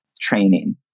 training